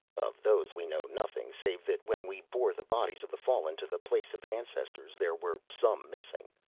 of those we know nothing save that when we bore the bodies of the fallen to the place of ancestors there were some missing.